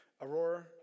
Aurora